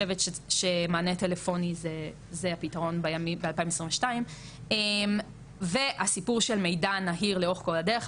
שמענה טלפוני זה זה הפתרון ב- 2022. הסיפור של מידע נהיר לאורך כל הדרך.